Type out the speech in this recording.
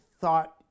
thought